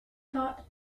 taught